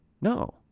no